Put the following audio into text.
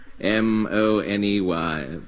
M-O-N-E-Y